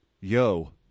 yo